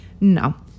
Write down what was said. No